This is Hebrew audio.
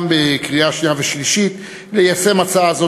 גם בקריאה שנייה ושלישית ליישם הצעה זו